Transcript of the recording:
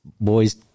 boys